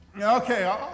okay